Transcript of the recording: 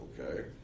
Okay